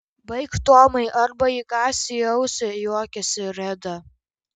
baik tomai arba įkąsiu į ausį juokėsi reda